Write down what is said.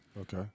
okay